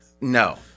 No